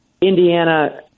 Indiana